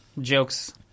jokes –